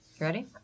ready